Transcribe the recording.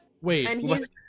Wait